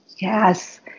Yes